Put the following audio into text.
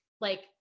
like-